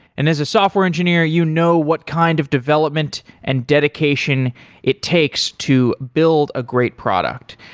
and as a software engineer, you know what kind of development and dedication it takes to build a great product.